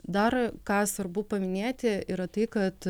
dar ką svarbu paminėti yra tai kad